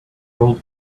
old